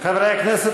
הכנסת,